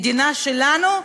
המדינה שלנו,